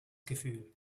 gefühl